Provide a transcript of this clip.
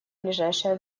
ближайшее